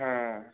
হ্যাঁ